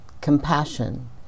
compassion